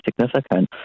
significant